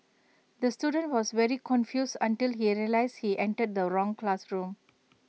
the student was very confused until he realised he entered the wrong classroom